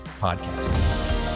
podcast